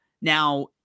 now